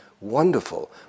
Wonderful